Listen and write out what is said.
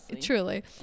truly